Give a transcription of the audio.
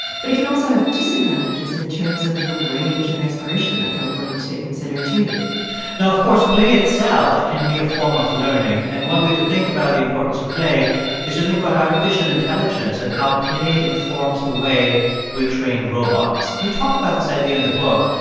but it can also have disadvantages in terms of the range of exploration that they're willing to consider, too now, of course, play itself can be a form of learning, and one way to think about the importance of play is to think about artificial intelligence and how play informs the way we train robots. you talk about this idea in the book.